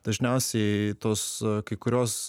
dažniausiai tos kai kurios